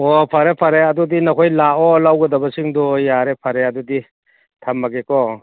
ꯑꯣ ꯐꯔꯦ ꯐꯔꯦ ꯑꯗꯨꯗꯤ ꯅꯈꯣꯏ ꯂꯥꯛꯑꯣ ꯂꯧꯒꯗꯕꯁꯤꯡꯗꯨ ꯑꯣ ꯌꯥꯔꯦ ꯐꯔꯦ ꯑꯗꯨꯗꯤ ꯊꯝꯃꯒꯦꯀꯣ